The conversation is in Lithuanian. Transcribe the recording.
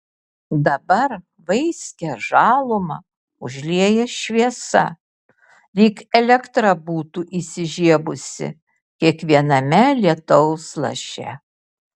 dabar vaiskią žalumą užlieja šviesa lyg elektra būtų įsižiebusi kiekviename lietaus laše